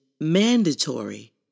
mandatory